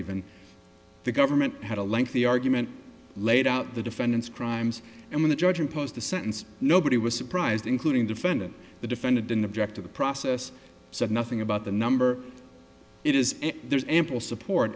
even the government had a lengthy argument laid out the defendant's crimes and when the judge imposed the sentence nobody was surprised including defendant the defendant didn't object to the process said nothing about the number it is there is ample support